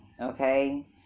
Okay